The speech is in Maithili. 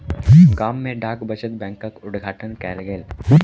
गाम में डाक बचत बैंकक उद्घाटन कयल गेल